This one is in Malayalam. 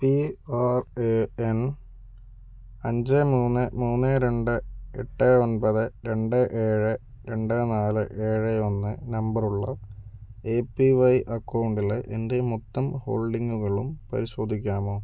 പി ആർ എ എൻ അഞ്ച് മൂന്ന് മൂന്ന് രണ്ട് എട്ട് ഒമ്പത് രണ്ട് ഏഴ് രണ്ട് നാല് ഏഴ് ഒന്ന് നമ്പറുള്ള എ പി വൈ അക്കൗണ്ടിലെ എൻ്റെ മൊത്തം ഹോൾഡിംഗുകളും പരിശോധിക്കാമോ